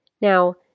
Now